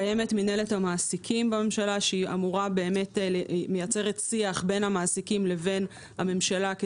קיימת מנהלת המעסיקים בממשלה שמייצרת שיח בין המעסיקים לבין הממשלה,